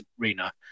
arena